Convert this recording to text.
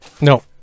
no